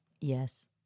Yes